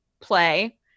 play